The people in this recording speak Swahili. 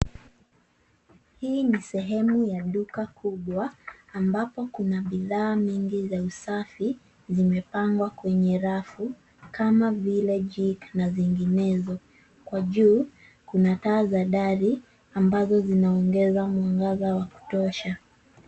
Hii ni sehemu ya duka kubwa ambapo kuna bidhaa mingi za usafi zimepangwa kwenye rafu kama vile jik na zinginezo. Kwa juu kuna taa za dari ambazo zinaongeza mwangaza wa kutosha.